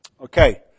Okay